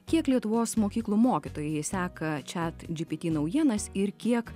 kiek lietuvos mokyklų mokytojai seka chatgpt naujienas ir kiek